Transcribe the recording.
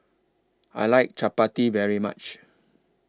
I like Chapati very much